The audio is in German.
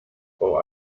frau